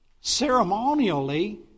ceremonially